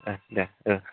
ए दे औ